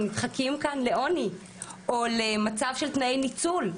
נדחקים כאן לעוני או למצב של תנאי ניצול.